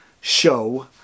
show